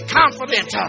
confident